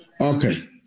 Okay